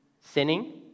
sinning